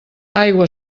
aigua